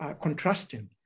contrasting